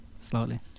slightly